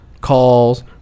calls